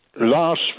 Last